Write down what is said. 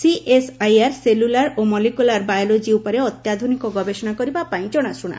CSIR cellular ଓ molecular biology ଉପରେ ଅତ୍ୟାଧୁନିକ ଗବେଷଣା କରିବା ପାଇଁ ଜଣାଶୁଣା